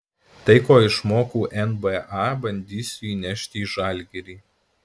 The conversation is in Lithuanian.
tai ko išmokau nba bandysiu įnešti į žalgirį